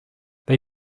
they